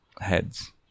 heads